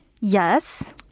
Yes